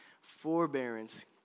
forbearance